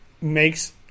makes